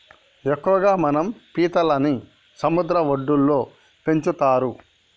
ఎక్కువగా మనం పీతలని సముద్ర వడ్డులో పెంచుతరు